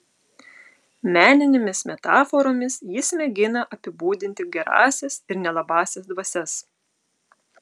meninėmis metaforomis jis mėgina apibūdinti gerąsias ir nelabąsias dvasias